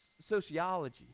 sociology